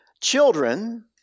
Children